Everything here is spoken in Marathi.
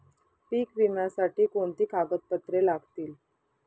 पीक विम्यासाठी कोणती कागदपत्रे लागतील?